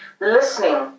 listening